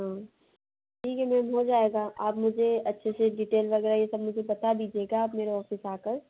ठीक है मैम हो जाएगा आप मुझे अच्छे से डिटेल वगैरह ये सब मुझे बता दीजिएगा आप मेरे ऑफिस आकर